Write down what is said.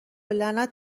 لعنت